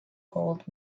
gold